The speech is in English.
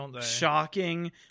shocking